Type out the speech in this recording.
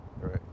Right